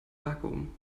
vakuum